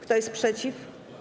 Kto jest przeciw?